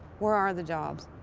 where are the jobs?